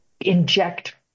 inject